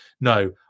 no